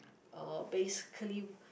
uh basically